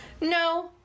no